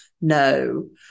no